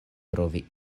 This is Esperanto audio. trovi